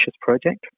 project